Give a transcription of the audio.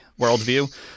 worldview